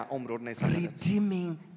Redeeming